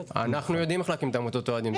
--- אנחנו יודעים איך להקים את עמותות האוהדים.